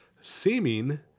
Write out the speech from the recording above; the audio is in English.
seeming